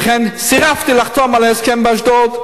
ולכן סירבתי לחתום על ההסכם באשדוד,